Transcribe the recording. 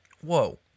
Whoa